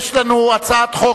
עכשיו יש לנו הצעת חוק